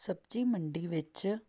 ਸਬਜ਼ੀ ਮੰਡੀ ਵਿੱਚ